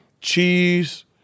cheese